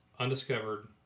Undiscovered